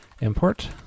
import